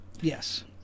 Yes